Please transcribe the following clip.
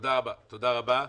תודה רבה.